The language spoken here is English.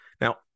Now